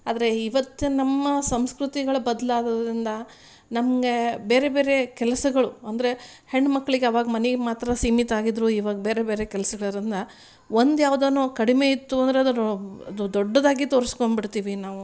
ಆದರೆ ಇವತ್ತು ನಮ್ಮ ಸಂಸ್ಕೃತಿಗಳು ಬದಲಾಗದ್ರಿಂದ ನಮಗೆ ಬೇರೆ ಬೇರೆ ಕೆಲಸಗಳು ಅಂದರೆ ಹೆಣ್ಣುಮಕ್ಳಿಗೆ ಅವಾಗ ಮನೆ ಮಾತ್ರ ಸೀಮಿತ ಆಗಿದ್ರು ಇವಾಗ ಬೇರೆ ಬೇರೆ ಕೆಲಸಗಳಿರೋದ್ರಿಂದ ಒಂದು ಯಾವ್ದಾನು ಕಡಿಮೆ ಇತ್ತು ಅದ್ರದ್ದು ದೊಡ್ಡದಾಗಿ ತೊರಿಸ್ಕೊಂಡ್ಬಿಡ್ತೀವಿ ನಾವು